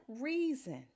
reason